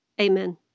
Amen